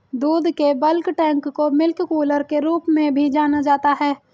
दूध के bulk tank को मिल्क कूलर के रूप में भी जाना जाता है